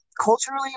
culturally